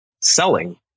selling